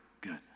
Good